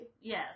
Yes